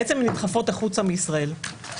הן נדחפות החוצה מישראל.